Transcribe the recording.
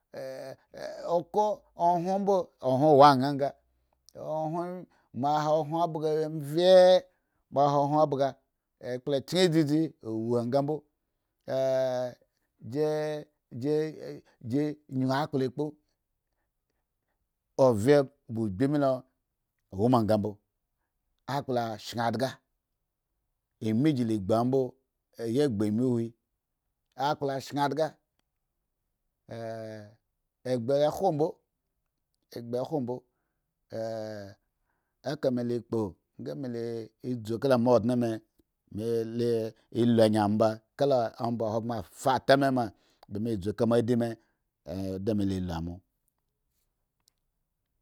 uhun mbowo an nga ma ha uhn vyre ma ha uhun bga akpla chen dzidzi a wo nga mbo ji yin akpla kpo ovye ba agbi melo woma nga mao akpla shaa adga meji lagbo mbo ayi kpo ami uhuhi akpla shaa adga egba hwo mbo egba hwo mbo eka me la kpo nha me la dzu kamo odueme mele elu agin moba kala ouba ahogbren fa taare ma de me dzuka moddina edime lalumo.